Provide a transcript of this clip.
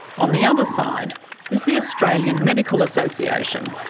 on the other side is the australian medical association,